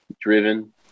driven